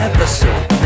Episode